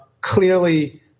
clearly